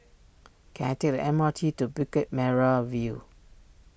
can I take the M R T to Bukit Merah View